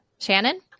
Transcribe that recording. Shannon